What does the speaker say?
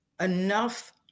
enough